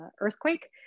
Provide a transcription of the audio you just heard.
earthquake